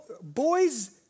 boys